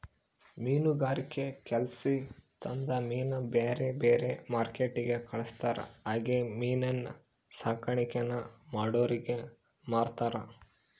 ಮೀನುಗಾರಿಕೆಲಾಸಿ ತಂದ ಮೀನ್ನ ಬ್ಯಾರೆ ಬ್ಯಾರೆ ಮಾರ್ಕೆಟ್ಟಿಗೆ ಕಳಿಸ್ತಾರ ಹಂಗೆ ಮೀನಿನ್ ಸಾಕಾಣಿಕೇನ ಮಾಡೋರಿಗೆ ಮಾರ್ತಾರ